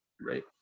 Right